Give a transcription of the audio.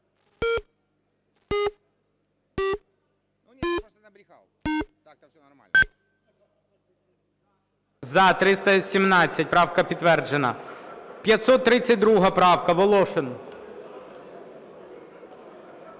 За-317 Правка підтверджена. 532 правка, Волошин.